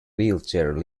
wheelchair